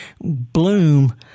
bloom